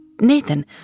Nathan